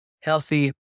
healthy